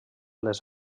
les